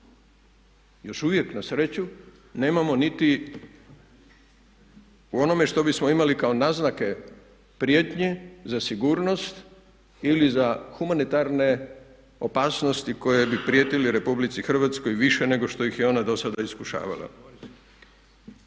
još uvijek na sreću nemamo niti u onome što bismo imali kao naznake prijetnje za sigurnost ili za humanitarne opasnosti koje bi prijetile Republici Hrvatskoj više nego što ih je ona do sada iskušavala.